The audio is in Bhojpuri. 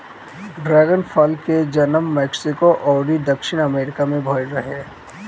डरेगन फल के जनम मेक्सिको अउरी दक्षिणी अमेरिका में भईल रहे